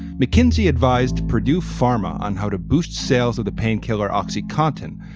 mckinsey advised purdue pharma on how to boost sales of the painkiller oxycontin,